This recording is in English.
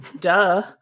duh